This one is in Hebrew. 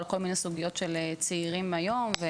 כל מיני סוגיות של צעירים היום.